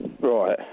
Right